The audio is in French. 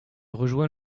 rejoint